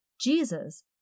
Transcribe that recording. Jesus